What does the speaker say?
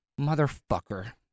Motherfucker